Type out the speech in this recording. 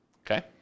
Okay